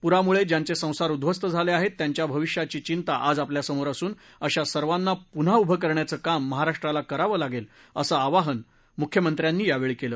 प्रामुळे ज्यांचे संसार उध्वस्त झाले आहेत त्यांच्या भविष्याची चिंता आज आपल्यासमोर असून अशा सर्वांना प्न्हा उभं करायचं काम महाराष्ट्राला करावं लागेल असं आवाहन म्ख्यमंत्र्यांनी योवळी केलं